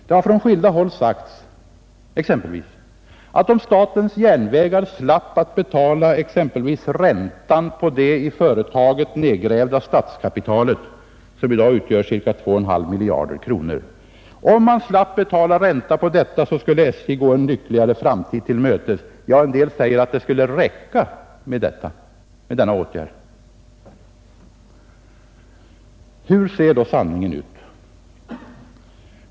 Det har från skilda håll sagts att om statens järnvägar slapp att betala exempelvis räntan på det i företaget nedgrävda statskapitalet som i dag utgör ca 2,5 miljarder kronor, skulle SJ gå en lyckligare framtid till mötes, ja, en del säger att det skulle räcka med denna åtgärd. Hur ser då sanningen ut?